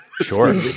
Sure